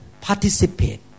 participate